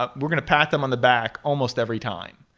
ah we're going to pat them on the back almost every time.